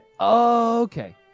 Okay